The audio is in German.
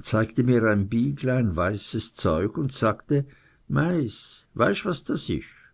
zeigte mir ein byglein weißes zeug und sagte meiß weisch was das isch